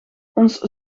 ons